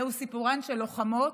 זהו סיפורן של לוחמות,